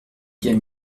bien